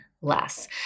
less